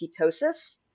ketosis